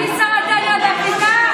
אני שרת העלייה והקליטה.